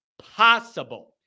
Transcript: possible